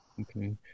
Okay